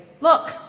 look